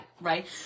Right